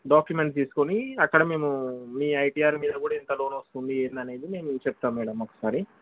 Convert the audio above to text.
documents తీసుకుని అక్కడ మేము మీ ఐటీఆర్ మీద కూడా ఎంత లోన్ వస్తుంది ఏంటనేది మేము చెప్తాం మేడం ఒకసారి